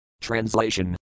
Translation